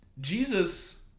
Jesus